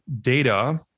data